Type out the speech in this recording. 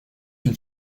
une